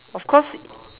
of course